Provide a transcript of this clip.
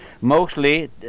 mostly